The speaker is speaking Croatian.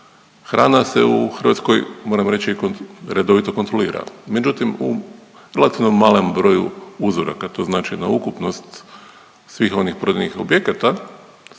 Hrana se u Hrvatskoj moramo reći i redovito kontrolira, međutim u relativno malom broju uzoraka. To znači na ukupnost svih onih prodanih objekata,